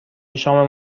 شام